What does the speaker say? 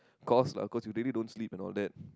course lah cause you really don't sleep and all that